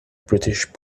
british